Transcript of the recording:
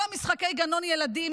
כל משחקי גנון הילדים,